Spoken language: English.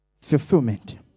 fulfillment